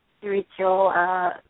spiritual